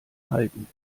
halten